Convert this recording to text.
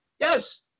yes